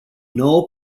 nouă